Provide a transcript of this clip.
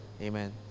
Amen